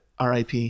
RIP